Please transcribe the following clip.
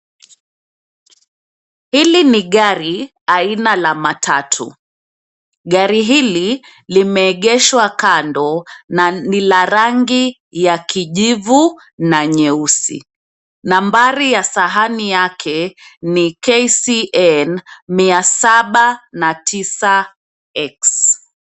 Hili ni gari aina la matatu. Gari hili limeegeshwa kando na ni la rangi ya kijivu na nyeusi. Nambari ya sahani yake ni KCN 709X.